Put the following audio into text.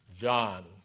John